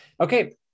Okay